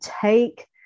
take